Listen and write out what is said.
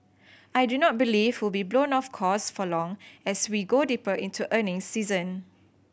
I do not believe will be blown off course for long as we go deeper into earning season